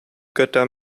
götter